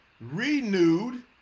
renewed